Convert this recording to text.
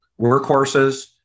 workhorses